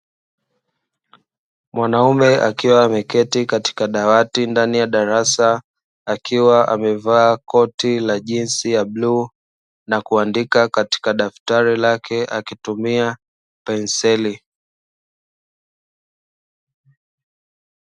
Mwanaume akiwa ameketi katika dawati ndani ya darasa, akiwa amevaa koti la jinsi ya bluu na kuandika katika daftari lake akitumia penseli.